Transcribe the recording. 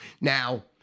Now